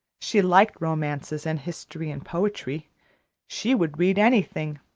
she liked romances and history and poetry she would read anything.